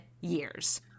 years